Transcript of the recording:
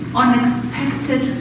unexpected